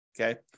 Okay